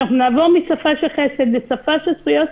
שנעבור משפה של חסד לשפה של זכויות,